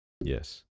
Yes